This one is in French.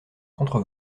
contre